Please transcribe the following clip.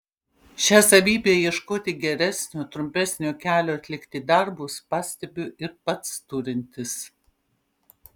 šią savybę ieškoti geresnio trumpesnio kelio atlikti darbus pastebiu ir pats turintis